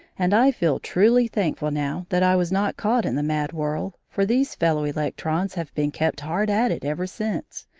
and i feel truly thankful now that i was not caught in the mad whirl, for these fellow-electrons have been kept hard at it ever since,